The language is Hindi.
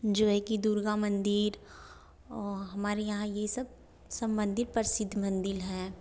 जो है कि दुर्गा मंदिर और हमारे ये सब सब मंदिर प्रसिद्ध मंदिर है